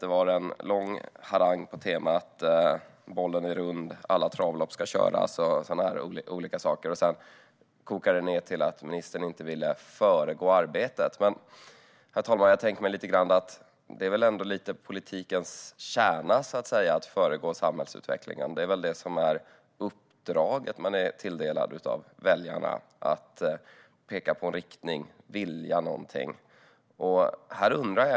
Det var en lång harang på temat bollen är rund, alla travlopp ska köras och så vidare. Sedan kokar det ned till att ministern inte vill föregå arbetet. Men jag tänker mig att det ändå är politikens kärna att föregå samhällsutvecklingen. Uppdraget man är tilldelad av väljarna är väl att peka på en riktning och vilja någonting.